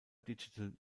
digital